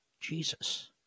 Jesus